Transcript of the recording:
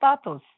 status